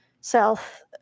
South